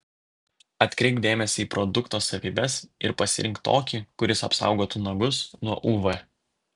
atkreipk dėmesį į produkto savybes ir pasirink tokį kuris apsaugotų nagus nuo uv